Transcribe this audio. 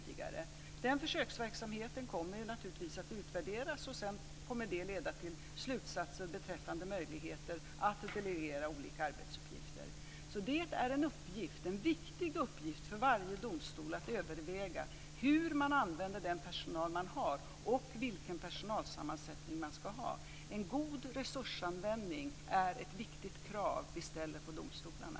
Den försöksverksamheten kommer naturligtvis att utvärderas, och sedan kommer det att leda till slutsatser beträffande möjligheter att delegera olika arbetsuppgifter. Det är en viktig uppgift för varje domstol att överväga hur man använder den personal man har och vilken personalsammansättning man ska ha. En god resursanvändning är ett viktigt krav vi ställer på domstolarna.